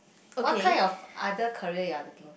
what kind of other career you are looking